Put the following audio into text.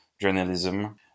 journalism